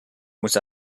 muss